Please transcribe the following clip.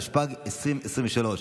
התשפ"ג 2023,